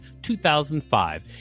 2005